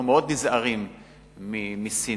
אנחנו מאוד נזהרים מסינון,